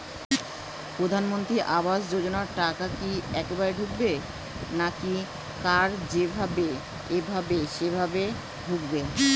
প্রধানমন্ত্রী আবাস যোজনার টাকা কি একবারে ঢুকবে নাকি কার যেভাবে এভাবে সেভাবে ঢুকবে?